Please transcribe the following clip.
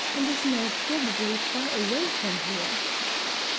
and is now probably far away from here.